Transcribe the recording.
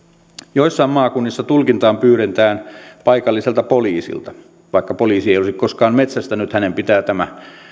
joissain maakunnissa tulkintaa pyydetään paikalliselta poliisilta vaikka poliisi ei olisi koskaan metsästänyt hänen pitää tämä